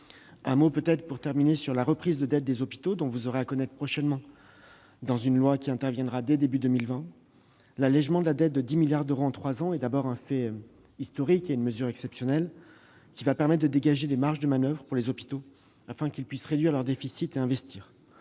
Un mot, pour terminer, sur la reprise de dette des hôpitaux dont vous aurez à connaître dans un projet de loi qui sera déposé début 2020. L'allégement de la dette de 10 milliards d'euros en trois ans est d'abord un fait historique et une mesure exceptionnelle : cela va permettre de dégager des marges de manoeuvre pour les hôpitaux afin qu'ils puissent réduire leur déficit et investir.